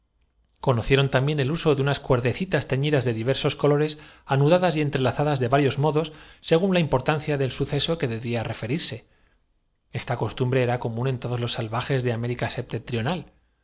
conocieron también el uso de unas cuerdecitas teñidas de diversos colores anudadas próxima ya á desaparecer en el horizonte occidental y no bastándole el simple tacto tuvo que diferir su y entrelazadas de varios modos según la importancia del suceso que debía referirse esta costumbre era empresa común en todos los salvajes de la américa